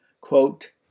quote